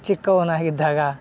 ಚಿಕ್ಕವನಾಗಿದ್ದಾಗ